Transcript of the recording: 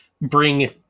bring